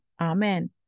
amen